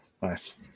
Nice